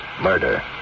murder